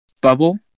bubble